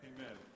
Amen